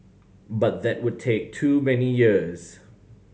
but that would take too many years